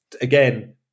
Again